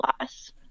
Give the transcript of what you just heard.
loss